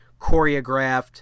choreographed